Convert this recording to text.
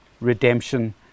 redemption